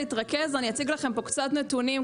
להתרכז, אני אציג לכם פה קצת נתונים.